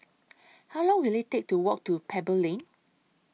How Long Will IT Take to Walk to Pebble Lane